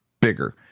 bigger